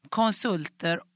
konsulter